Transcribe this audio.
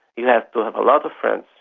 you have to have a lot of friends,